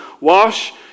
Wash